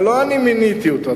אבל לא אני מיניתי אותו.